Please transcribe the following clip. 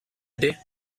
erde